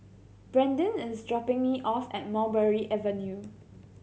Brandin is dropping me off at Mulberry Avenue